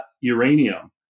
uranium